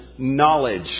Knowledge